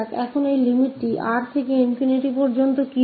अब यह लिमिट है R से ∞ फिर हमारे पास है